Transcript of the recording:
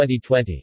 2020